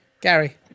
gary